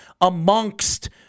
amongst